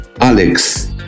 Alex